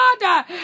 God